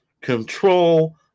control